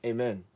Amen